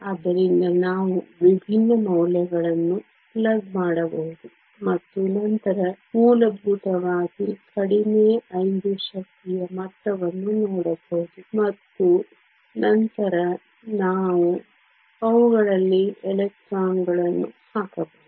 ಆದ್ದರಿಂದ ನಾವು ವಿಭಿನ್ನ ಮೌಲ್ಯಗಳನ್ನು ಪ್ಲಗ್ ಮಾಡಬಹುದು ಮತ್ತು ನಂತರ ಮೂಲಭೂತವಾಗಿ ಕಡಿಮೆ 5 ಶಕ್ತಿಯ ಮಟ್ಟವನ್ನು ನೋಡಬಹುದು ಮತ್ತು ನಂತರ ನಾವು ಅವುಗಳಲ್ಲಿ ಎಲೆಕ್ಟ್ರಾನ್ಗಳನ್ನು ಹಾಕಬಹುದು